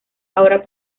ahora